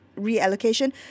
reallocation